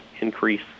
increase